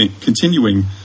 continuing